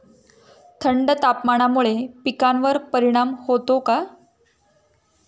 थंड तापमानामुळे पिकांवर परिणाम होतो का?